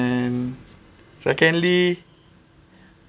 and secondly